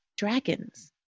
dragons